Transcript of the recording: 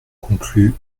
conclus